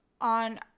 on –